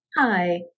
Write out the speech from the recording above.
Hi